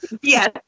yes